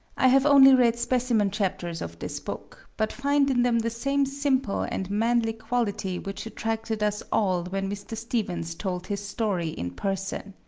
i have only read specimen chapters of this book, but find in them the same simple and manly quality which attracted us all when mr. stevens told his story in person.